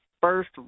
first